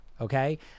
Okay